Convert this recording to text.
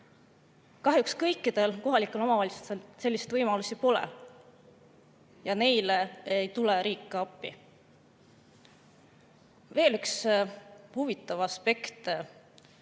Kahjuks kõikidel kohalikel omavalitsustel selliseid võimalusi pole ja neile ei tule ka riik appi. Veel üks huvitav aspekt: